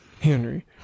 Henry